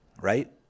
right